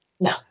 No